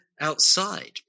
outside